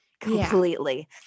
completely